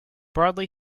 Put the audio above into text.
broadly